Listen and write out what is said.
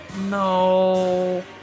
no